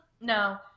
No